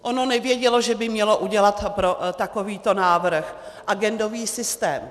Ono nevědělo, že by mělo udělat pro takovýto návrh agendový systém.